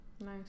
Nice